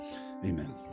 amen